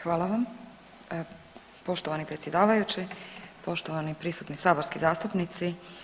Hvala vam poštovani predsjedavajući, poštovani prisutni saborski zastupnici.